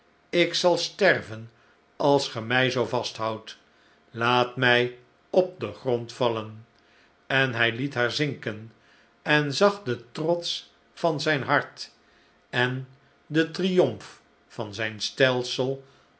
ik zal sterven als ge mij zoo vasthoudt laat mij op den grond vallen en hij liet haar zinken en zag den trots van zijn hart en den triomf van zijn stelsel